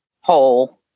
hole